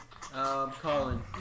Colin